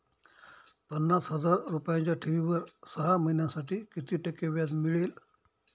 पन्नास हजार रुपयांच्या ठेवीवर सहा महिन्यांसाठी किती टक्के व्याज मिळेल?